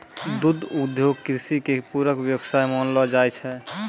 दुग्ध उद्योग कृषि के पूरक व्यवसाय मानलो जाय छै